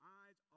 eyes